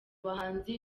bahanzi